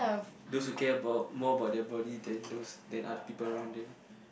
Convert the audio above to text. those who care about more about their body than those than other people around them